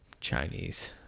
Chinese